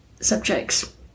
subjects